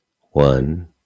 One